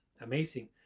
amazing